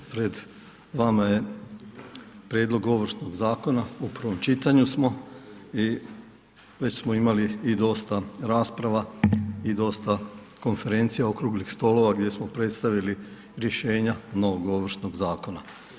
Pred vama je Prijedlog ovršnog zakona u prvom čitanju smo i već smo imali dosta rasprava i dosta konferencija, okruglih stolova gdje smo predstavili rješenje novog ovršnog zakona.